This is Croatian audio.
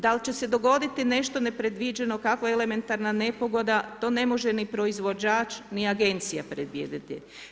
Da li će se dogoditi nešto nepredviđeno, kakva elementarna nepogoda, to ne može ni proizvođač, ni agencija predvidjeti.